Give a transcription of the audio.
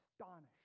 astonished